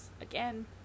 again